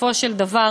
בסופו של דבר,